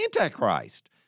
Antichrist